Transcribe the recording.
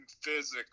physics